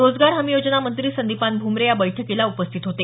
रोजगार हमी योजना मंत्री संदीपान भूमरे या बैठकीला उपस्थित होते